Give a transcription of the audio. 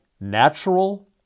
natural